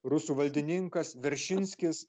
rusų valdininkas veršinskis